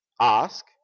Ask